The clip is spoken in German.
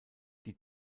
die